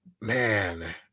man